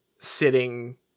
sitting